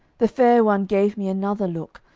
the fair one gave me another look,